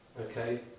Okay